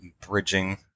Bridging